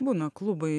būna klubai